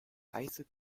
heiße